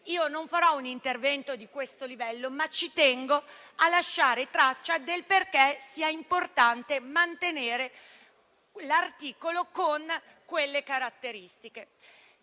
Io non svolgerò un intervento di questo livello, ma ci tengo a lasciare traccia del perché sia importante mantenere l'articolo con quelle caratteristiche.